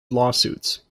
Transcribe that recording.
lawsuits